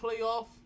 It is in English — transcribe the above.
playoff